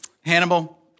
Hannibal